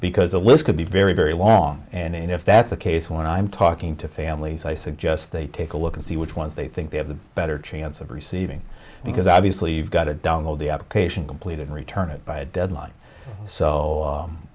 because the list could be very very long and if that's the case when i'm talking to families i suggest they take a look and see which ones they think they have the better chance of receiving because obviously you've got to download the application completed return it by a deadline so